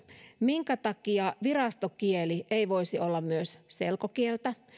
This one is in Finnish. minkä takia virastokieli ei voisi olla myös selkokieltä